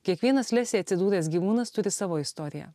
kiekvienas lesėj atsidūręs gyvūnas turi savo istoriją